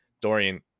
dorian